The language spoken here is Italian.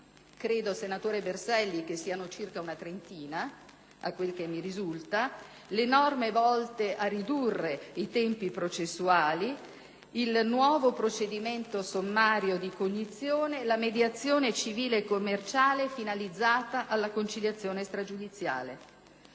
(credo, senatore Berselli, che siano circa una trentina), le norme volte a ridurre i tempi processuali, il nuovo procedimento sommario di cognizione e la mediazione civile commerciale finalizzata alla conciliazione stragiudiziale.